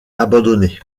abandonné